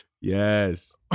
Yes